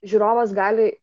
žiūrovas gali